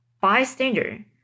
bystander